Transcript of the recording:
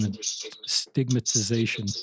stigmatization